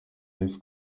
less